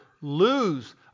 lose